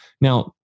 now